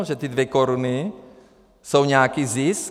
Že ty dvě koruny jsou nějaký zisk?